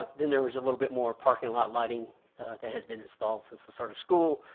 then there was a little bit more parking lot lighting that has been installed since the start of school,